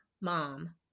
mom